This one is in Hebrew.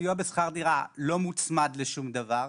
הסיוע בשכר דירה לא מוצמד לשום דבר,